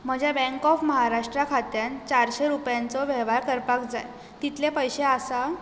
म्हज्या bank of Maharashtra खात्यान चारशे रुपयांचो वेव्हार करपाक जाय तितले पयशे आसात